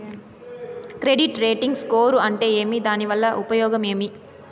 Credit rating score అంటే ఏమి దాని వల్ల ఉపయోగం ఏమి?